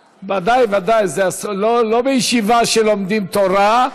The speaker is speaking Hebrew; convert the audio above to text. ודאי, ודאי, זה הזכות, לא בישיבה שלומדים תורה.